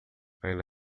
ainda